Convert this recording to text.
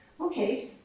okay